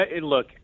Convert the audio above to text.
Look